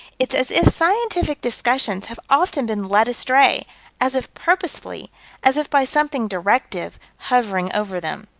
it's as if scientific discussions have often been led astray as if purposefully as if by something directive, hovering over them.